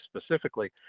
specifically